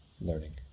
learning